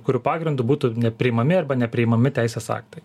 kurių pagrindu būtų nepriimami arba nepriimami teisės aktai